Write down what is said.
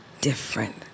different